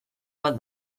bat